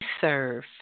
serve